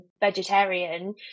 vegetarian